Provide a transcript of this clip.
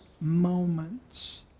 moments